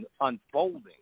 unfolding